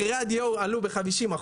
מחירי הדיור עלו ב-50%,